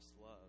love